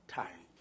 time